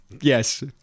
Yes